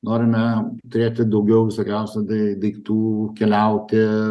norime turėti daugiau visokiausių dai daiktų keliauti